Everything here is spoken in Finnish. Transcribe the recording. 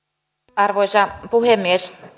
arvoisa puhemies